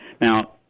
Now